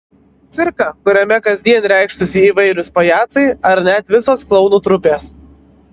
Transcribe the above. cirką kuriame kasdien reikštųsi įvairūs pajacai ar net visos klounų trupės